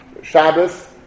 Shabbos